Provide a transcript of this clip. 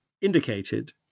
indicated